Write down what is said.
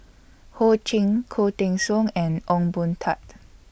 Ho Ching Khoo Teng Soon and Ong Boon Tat